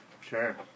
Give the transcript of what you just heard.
Sure